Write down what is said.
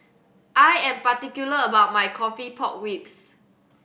I am particular about my coffee pork ribs